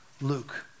Luke